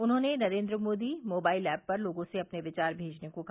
उन्होंने Narendra Modi mobile app पर लोगों से अपने विचार भेजने को कहा